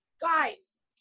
guys